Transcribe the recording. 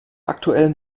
aktuellen